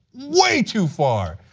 way too far.